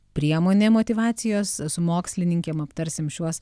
priemonė motyvacijos su mokslininkėm aptarsim šiuos